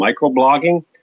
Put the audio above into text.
microblogging